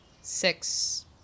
six